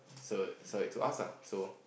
sell it sell it to us lah so